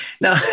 No